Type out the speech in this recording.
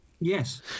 Yes